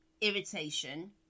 irritation